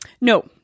No